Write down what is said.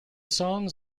songs